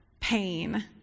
pain